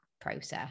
process